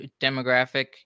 demographic